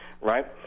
right